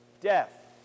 Death